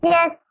Yes